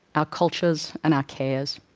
our cultures and our cares.